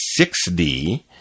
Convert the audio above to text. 6D